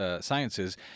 Sciences